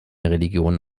religionen